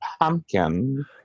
pumpkin